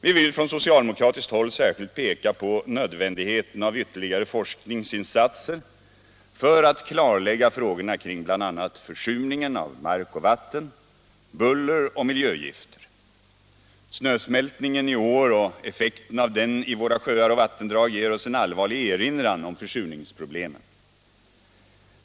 Vi vill från socialdemokratiskt håll särskilt peka på nödvändigheten av ytterligare forskningsinsatser för att klarlägga frågorna kring bl.a. försurningen av mark och vatten, buller och miljögifter. Snösmältningen i år och effekten av den i vissa sjöar och vattendrag ger oss en allvarlig erinran om försurningsproblemen.